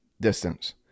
distance